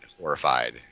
horrified